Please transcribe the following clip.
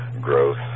growth